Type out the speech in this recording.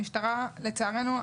לצערנו,